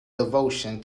devotion